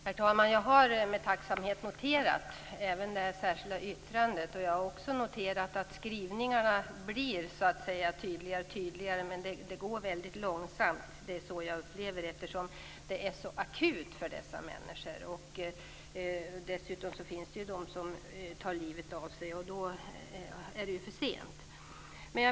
Herr talman! Jag har med tacksamhet noterat det särskilda yttrandet. Jag har också noterat att skrivningarna blir tydligare och tydligare. Men jag upplever att det går väldigt långsamt. Läget är nämligen akut för dessa människor. Dessutom finns det de som tar livet av sig - och då är det för sent.